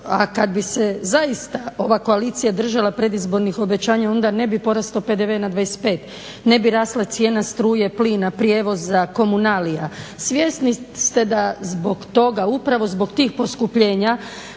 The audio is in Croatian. A kad bi se zaista ova koalicija držala predizbornih povećanja onda ne bi porastao PDV na 25, ne bi rasla cijena struje, plina, prijevoza, komunalija. Svjesni ste da zbog toga, upravo zbog tih poskupljenja